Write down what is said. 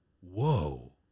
Whoa